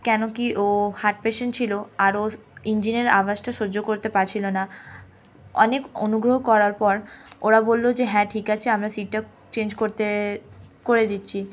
কেন কি ও হার্ট পেশেন্ট ছিল আর ও ইঞ্জিনের আওয়াজটা সহ্য করতে পারছিল না অনেক অনুগ্রহ করার পর ওরা বলল যে হ্যাঁ ঠিক আছে আমরা সিটটা চেঞ্জ করতে করে দিচ্ছি